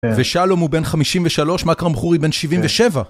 ושלום הוא בן 53 מקרם חורית בן 77